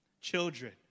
Children